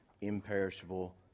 imperishable